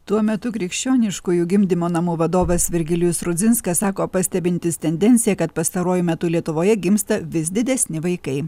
tuo metu krikščioniškųjų gimdymo namų vadovas virgilijus rudzinskas sako pastebintis tendenciją kad pastaruoju metu lietuvoje gimsta vis didesni vaikai